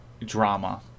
drama